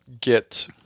get